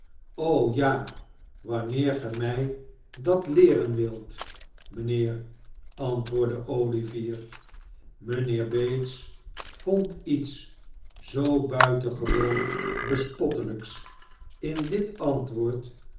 ja wanneer ge mij dat leeren wilt mijnheer antwoordde olivier mijnheer bates vond iets zoo buitengewoon bespottelijks in dit antwoord